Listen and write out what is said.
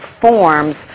forms